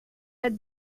had